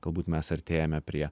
galbūt mes artėjame prie